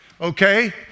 okay